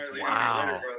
Wow